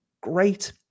great